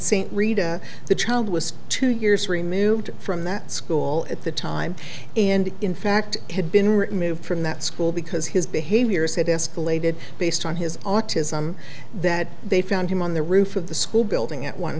rida the child was two years removed from that school at the time and in fact had been removed from that school because his behaviors had escalated based on his autism that they found him on the roof of the school building at one